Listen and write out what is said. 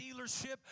dealership